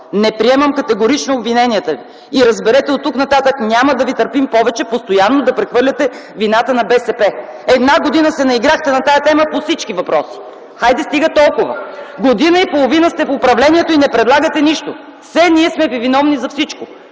не приемам обвиненията Ви и разберете – оттук нататък няма да ви търпим повече постоянно да прехвърляте вината на БСП. Една година се наиграхте на тази тема по всички въпроси. (Шум и реплики от ГЕРБ.) Хайде, стига толкова! Година и половина сте в управлението и не предлагате нищо. Все ние сме ви виновни за всичко.